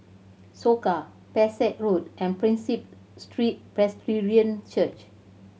Soka Pesek Road and Prinsep Street Presbyterian Church